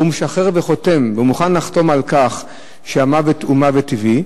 והוא משחרר ומוכן לחתום על כך שהמוות הוא מוות טבעי,